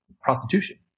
prostitution